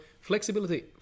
flexibility